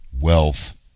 wealth